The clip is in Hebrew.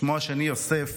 שמו השני, יוסף,